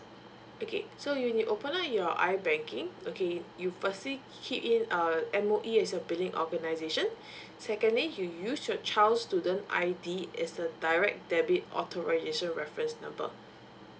okay so when you open up your ibanking okay you firstly key in err M_O_E as your billing organisation secondly you use your child's student I_D as the direct debit authorisation reference number